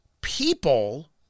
people